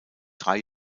drei